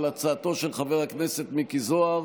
על הצעתו של חבר הכנסת מיקי זוהר.